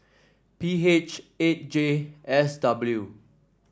P H eight J S W